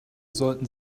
sollten